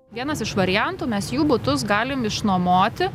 vienas iš variantų mes jų butus galim išnuomoti